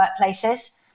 workplaces